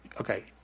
okay